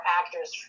actors